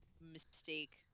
mistake